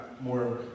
more